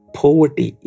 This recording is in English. poverty